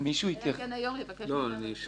אלא אם כן היושב-ראש יבקש מאיתנו לשבת אתכם.